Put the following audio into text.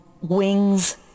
wings